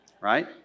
Right